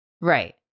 Right